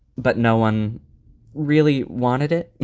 but no one really wanted it.